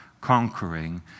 conquering